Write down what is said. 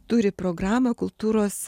turi programą kultūros